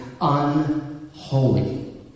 unholy